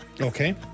Okay